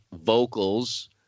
vocals